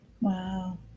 Wow